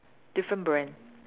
different brand